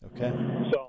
Okay